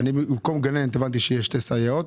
הבנתי שבמקום גננת יש שתי סייעות,